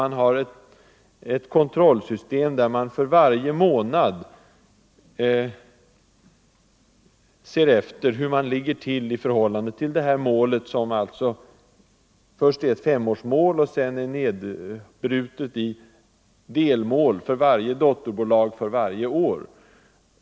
Man har ett kontrollsystem där man för varje månad ser efter hur man ligger till i förhållande till detta mål, som alltså först är ett femårsmål och sedan innebär delmål för varje dotterbolag för varje år.